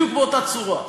בדיוק באותה צורה.